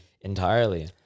entirely